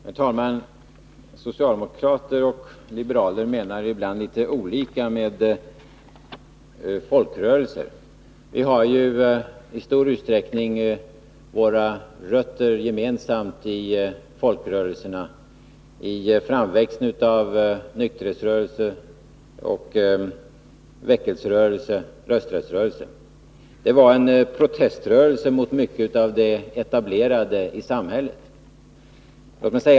Herr talman! Socialdemokrater och liberaler menar ibland litet olika saker med begreppet folkrörelser. Vi har ju i stor utsträckning våra rötter gemensamt i folkrörelserna, i framväxten av nykterhetsrörelse, väckelserörelse och rösträttsrörelse. Där fanns en protest mot mycket av det som var etablerat i samhället.